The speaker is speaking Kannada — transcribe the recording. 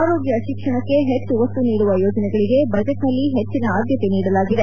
ಆರೋಗ್ಯ ಶಿಕ್ಷಣಕ್ಕೆ ಹೆಚ್ಚು ಒತ್ತು ನೀಡುವ ಯೋಜನೆಗಳಿಗೆ ಬಜೆಟ್ನಲ್ಲಿ ಹೆಚ್ಚಿನ ಆದ್ಭತೆ ನೀಡಲಾಗಿದೆ